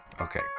Okay